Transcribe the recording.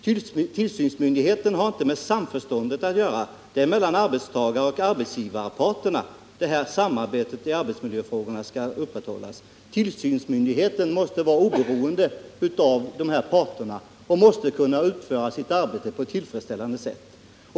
Och tillsynsmyndigheten har inte med samförståndet att göra, utan det är mellan arbetstagaroch arbetsgivarparterna som samarbetet i arbetsmiljöfrågorna skall upprätthållas. Tillsynsmyndigheten måste däremot vara oberoende av parterna, och den måste kunna utföra sitt arbete på ett tillfredsställande sätt.